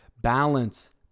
balance